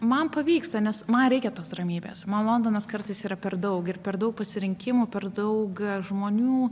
man pavyksta nes man reikia tos ramybės man londonas kartais yra per daug ir per daug pasirinkimų per daug žmonių